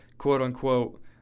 quote-unquote